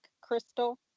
Crystal